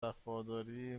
وفاداری